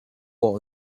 are